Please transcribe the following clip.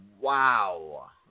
Wow